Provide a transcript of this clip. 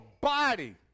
body